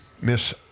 Miss